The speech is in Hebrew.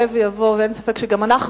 אין ספק שגם אנחנו,